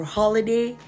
holiday